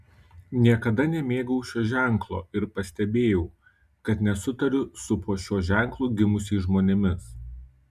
niekada nemėgau šio ženklo ir pastebėjau kad nesutariu su po šiuo ženklu gimusiais žmonėmis